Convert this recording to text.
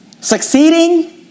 Succeeding